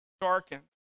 darkened